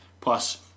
plus